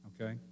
okay